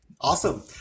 Awesome